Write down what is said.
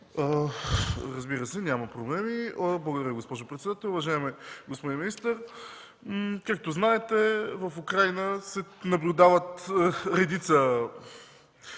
Разбира се, няма проблеми. Благодаря, госпожо председател. Уважаеми господин министър, както знаете, в Украйна се наблюдават редица